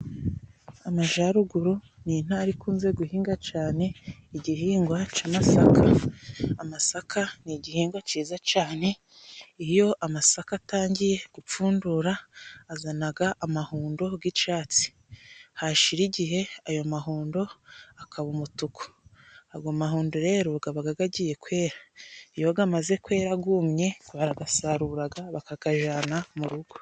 Amajaruguru ni intara ikunze guhinga cane igihingwa c'amasaka. Amasaka ni igihingwa ciza cane. Iyo amasaka atangiye gupfundura azanaga amahundo g'icatsi. Hashira igihe ayo mahundo akaba umutuku. Ago mahundo rero, gabaga gagiye kwera. Iyo gamaze kwera gumye baragasaruraga bakakajana mu rugo.